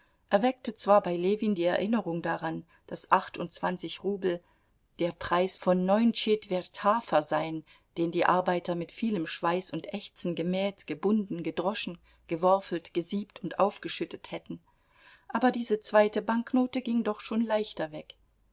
erweckte zwar bei ljewin die erinnerung daran daß achtundzwanzig rubel der preis von neun tschetwert hafer seien den die arbeiter mit vielem schweiß und ächzen gemäht gebunden gedroschen geworfelt gesiebt und aufgeschüttet hätten aber diese zweite banknote ging doch schon leichter weg